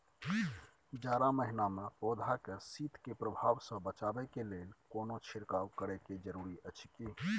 जारा महिना मे पौधा के शीत के प्रभाव सॅ बचाबय के लेल कोनो छिरकाव करय के जरूरी अछि की?